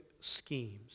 schemes